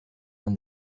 and